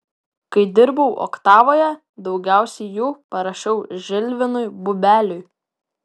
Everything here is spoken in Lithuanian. kai dirbau oktavoje daugiausiai jų parašiau žilvinui bubeliui